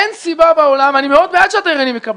אני מאוד בעד שהתיירנים יקבלו.